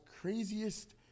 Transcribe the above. craziest